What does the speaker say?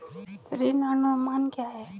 ऋण अनुमान क्या है?